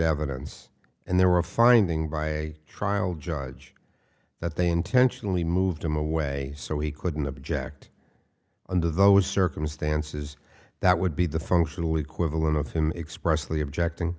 evidence and there were a finding by trial judge that they intentionally moved him away so he couldn't object under those circumstances that would be the functional equivalent of him expressly objecting